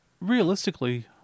Realistically